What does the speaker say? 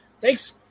Thanks